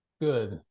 Good